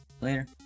Later